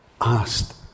asked